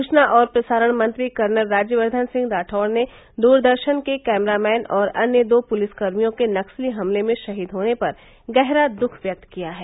सूचना और प्रसारण मंत्री कर्नल राज्यवर्धन राठौड़ ने दूरदर्शन के कैमरामैन और अन्य दो पुलिसकर्मियोंके नक्सली हमले में शहीद होने पर गहरा दुख व्यक्त किया है